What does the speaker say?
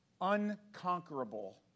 unconquerable